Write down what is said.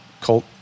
Colt